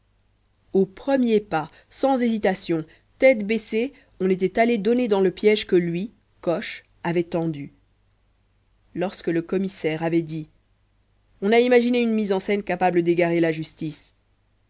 au premier pas sans hésitation tête baissée on était allé donner dans le piège que lui coche avait tendu lorsque le commissaire avait dit on a imaginé une mise en scène capable d'égarer la justice